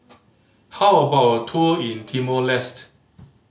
how about a tour in Timor Leste